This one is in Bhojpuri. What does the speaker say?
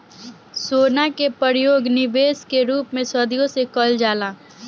सोना के परयोग निबेश के रूप में सदियों से कईल जाला